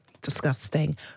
Disgusting